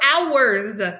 hours